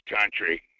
country